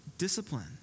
Discipline